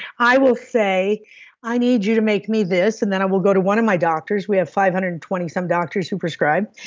i will say i need you to make me this, and then i will go to one of my doctors. we have five hundred and twenty something doctors who prescribe.